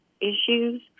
issues